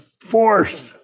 forced